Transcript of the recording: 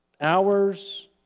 hours